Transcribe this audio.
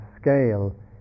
scale